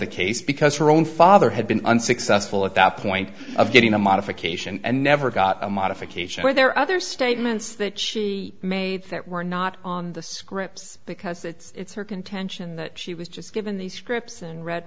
the case because her own father had been unsuccessful at that point of getting a modification and never got a modification where there are other statements that she made that were not on the scripts because it's her contention that she was just given these scripts and read